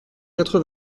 quatre